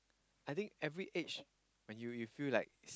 I think every age when you you feel like